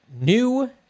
new